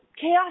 chaos